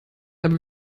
aber